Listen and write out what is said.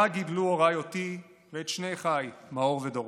ובה גידלו הוריי אותי ואת שני אחיי, מאור ודורון.